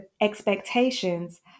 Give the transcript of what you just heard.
expectations